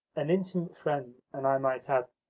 an intimate friend, and, i might add,